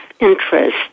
interest